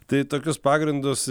tai tokius pagrindus